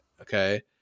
Okay